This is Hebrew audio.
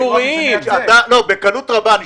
שמעתי אותך אומר בקלות רבה: